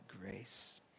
grace